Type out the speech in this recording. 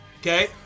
okay